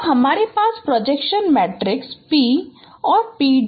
तो हमारे पास प्रोजेक्शन मैट्रिसेस P और P है 𝑃 𝑀